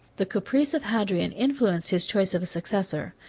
the caprice of hadrian influenced his choice of a successor.